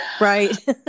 Right